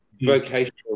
Vocational